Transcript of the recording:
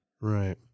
Right